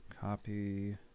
copy